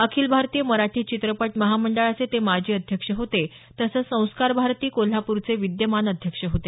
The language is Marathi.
अखिल भारतीय मराठी चित्रपट महामंडळाचे ते माजी अध्यक्ष होते तसंच संस्कार भारती कोल्हापूरचे विद्यमान अध्यक्ष होते